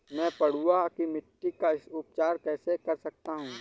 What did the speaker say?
मैं पडुआ की मिट्टी का उपचार कैसे कर सकता हूँ?